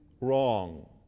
wrong